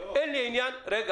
אין לי עניין לחזק